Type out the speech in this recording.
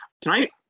tonight